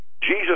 Jesus